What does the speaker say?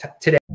today